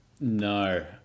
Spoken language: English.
No